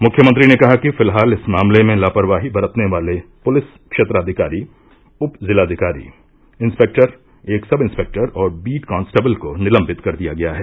मुख्यमंत्री ने कहा कि फिलहाल इस मामले में लापरवाही बरतने वाले पुलिस क्षेत्राधिकारी उपजिलाधिकारी इंस्पेक्टर एक संबइंस्पेक्टर और बीट कांस्टेबल को निलम्बित कर दिया गया है